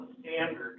standard